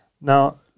Now